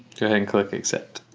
yeah and click accept.